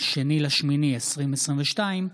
2 באוגוסט 2022,